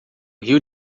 rio